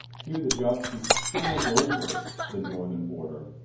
here the geography spills over the northern border.